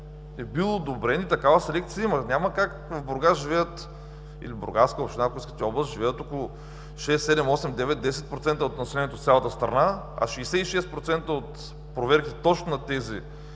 е бил одобрен и такава селекция има. Няма как! В Бургас или в Бургаска област, ако искате, живеят около 6, 7, 8, 9, 10% от населението в цялата страна, а 66% от проверките точно на тези